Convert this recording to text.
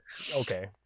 Okay